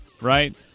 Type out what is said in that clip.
right